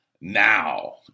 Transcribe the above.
Now